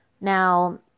Now